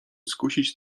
skusić